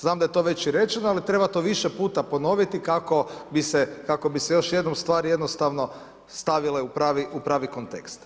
Znam da je to već i rečeno, ali treba to više puta ponoviti kako bi se još jednom stvari jednostavno stavile u pravi kontekst.